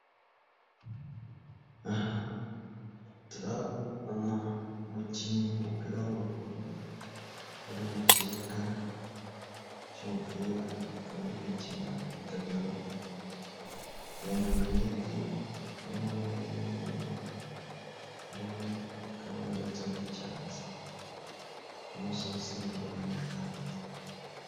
Aha turahabona umukinnyi w'umupira w'amaguru, uri mu kibuga cy'umupira, akaba ari gukina, yambaye imyenda y'amabara y'umweru, harimo n'akabara gato k'icyatsi n'amasogisi maremare y'umukara.